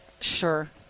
Sure